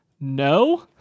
No